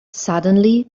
suddenly